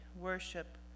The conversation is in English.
worship